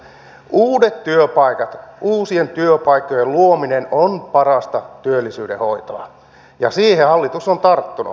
uudet työpaikat uusien työpaikkojen luominen on parasta työllisyyden hoitoa ja siihen hallitus on tarttunut